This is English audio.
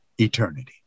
eternity